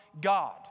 God